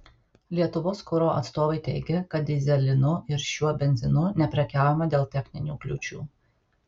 lietuvos kuro atstovai teigė kad dyzelinu ir šiuo benzinu neprekiaujama dėl techninių kliūčių